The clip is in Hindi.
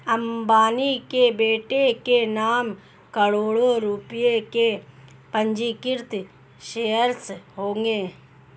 अंबानी के बेटे के नाम करोड़ों रुपए के पंजीकृत शेयर्स होंगे